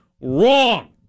wrong